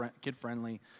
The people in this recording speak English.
kid-friendly